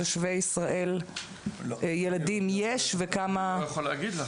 תושבי ישראל יש וכמה --- אני לא יכול הגיד לך,